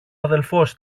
αδελφός